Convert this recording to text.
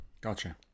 Gotcha